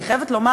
אני חייבת לומר,